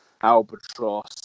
albatross